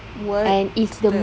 what steps